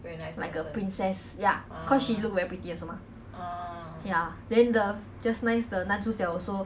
like a princess ya cause she look very pretty also mah ya then the just nice the 男主角 also